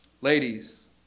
Ladies